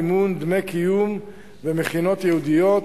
מימון דמי קיום ומכינות ייעודיות,